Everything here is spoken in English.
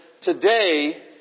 today